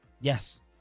Yes